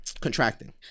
Contracting